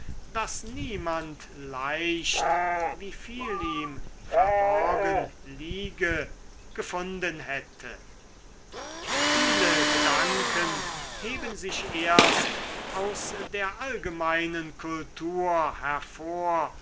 daß niemand leicht wie viel in ihm verborgen liege gefunden hätte viele gedanken heben sich erst aus der allgemeinen kultur hervor